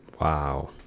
wow